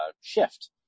shift